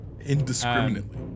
Indiscriminately